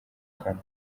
kanwa